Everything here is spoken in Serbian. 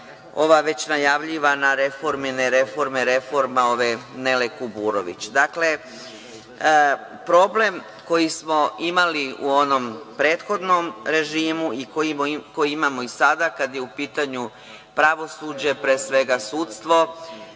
ova već najavljivana reformine reforme reforma Nele Kuburović. Dakle, problem koji smo imali u onom prethodnom režimu i koji imamo i sada, kada je u pitanju pravosuđe, pre svega sudstvo,